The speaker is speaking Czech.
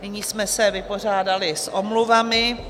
Nyní jsme se vypořádali s omluvami.